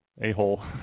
A-Hole